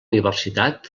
universitat